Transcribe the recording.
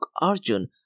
Arjun